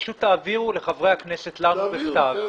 פשוט תעבירו לחברי הכנסת לנו בכתב.